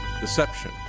deception